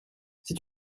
c’est